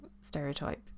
stereotype